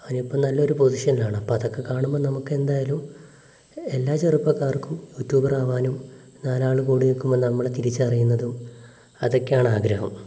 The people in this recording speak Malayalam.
അവനിപ്പം നല്ലൊരു പൊസിഷനിലാണ് അപ്പോൾ അതൊക്കെ കാണുമ്പം നമുക്കെന്തായാലും എല്ലാ ചെറുപ്പക്കാർക്കും യൂട്യൂബറാവാനും നാലാളു കൂടിനിൽക്കുമ്പം നമ്മളെ തിരിച്ചറിയുന്നതും അതൊക്കെയാണാഗ്രഹം